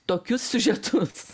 tokius siužetus